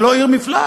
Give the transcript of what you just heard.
זה לא עיר מפלט,